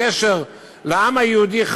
הקשר לעם היהודי,